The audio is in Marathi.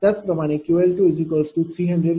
त्याचप्रमाणे QL2300 kVAr0